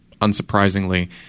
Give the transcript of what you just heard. unsurprisingly